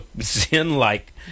Zen-like